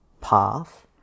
path